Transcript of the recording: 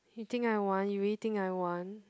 you think I want you really think I want